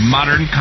Modern